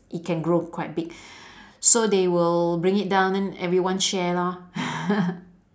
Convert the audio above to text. it can grow quite big so they will bring it down then everyone share lor